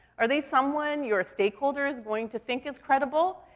are they someone your stakeholder is going to think is credible?